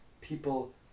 people